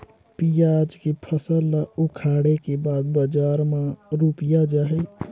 पियाज के फसल ला उखाड़े के बाद बजार मा रुपिया जाही?